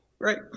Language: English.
Right